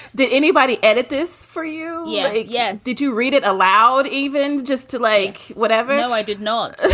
did anybody edit this for you? yeah. yes. did you read it aloud even just to like whatever? no, i did not.